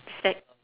sec~